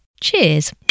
Cheers